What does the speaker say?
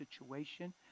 situation